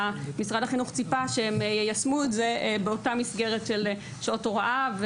משרד החינוך ציפה שהם יישמו את זה באותה מסגרת של שעות הוראה.